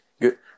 Good